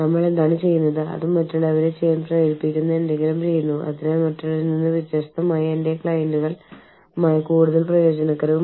പിന്നെ ഒരു വ്യക്തി ആദ്യമായി ഒരു വിദേശ രാജ്യം സന്ദർശിക്കുകയാണെങ്കിൽ ആ വ്യക്തി കുറച്ച് ദിവസത്തേക്ക് അവധിയെടുത്ത് ആ വിദേശ രാജ്യത്ത് കുറച്ച് ദിവസം ആ രാജ്യം എങ്ങനെയാണെന്ന് കാണാൻ തീരുമാനിച്ചേക്കാം